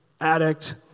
addict